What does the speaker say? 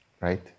Right